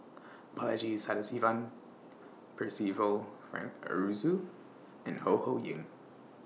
Balaji Sadasivan Percival Frank Aroozoo and Ho Ho Ying